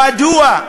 מדוע?